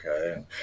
okay